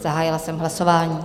Zahájila jsem hlasování.